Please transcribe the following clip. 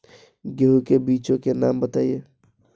गेहूँ के बीजों के नाम बताओ?